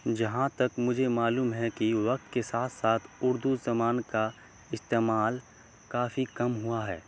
جہاں تک مجھے معلوم ہے کہ وقت کے ساتھ ساتھ اردو زبان کا استعمال کافی کم ہوا ہے